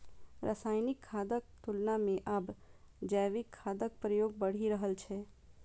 रासायनिक खादक तुलना मे आब जैविक खादक प्रयोग बढ़ि रहल छै